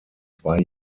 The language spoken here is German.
zwei